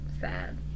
sad